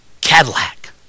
Cadillac